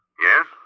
Yes